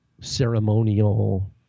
ceremonial